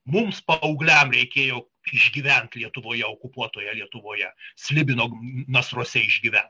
mums paaugliam reikėjo išgyvent lietuvoje okupuotoje lietuvoje slibino nasruose išgyvent